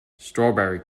strawberry